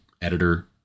editor